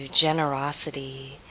generosity